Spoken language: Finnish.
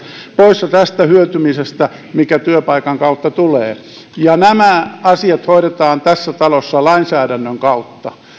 poissa tästä hyötymisestä mikä työpaikan kautta tulee nämä asiat hoidetaan tässä talossa lainsäädännön kautta ja